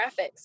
graphics